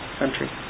country